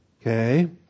Okay